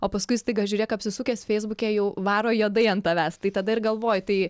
o paskui staiga žiūrėk apsisukęs feisbuke jau varo juodai ant tavęs tai tada ir galvoji tai